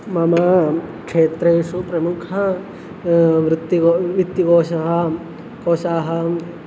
मम क्षेत्रेषु प्रमुखः वृत्तिको वित्तिकोषः कोषाः